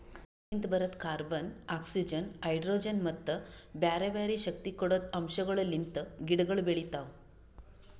ಗಾಳಿಲಿಂತ್ ಬರದ್ carbon, oxygen, hydrogen ಮತ್ತ ಬ್ಯಾರೆ ಬ್ಯಾರೆ ಶಕ್ತಿ ಕೊಡದ್ ಅಂಶಗೊಳ್ ಲಿಂತ್ ಗಿಡಗೊಳ್ ಬೆಳಿತಾವ್